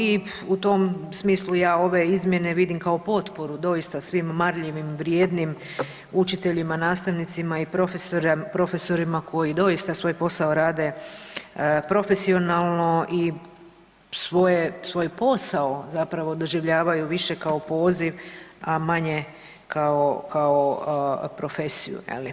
I u tom smislu ja ove izmjene vidim kao potporu doista svim marljivim, vrijednim učiteljima, nastavnicima i profesorima koji doista svoj posao rade profesionalno i svoj posao zapravo doživljavaju više kao poziv a manje kao profesiju.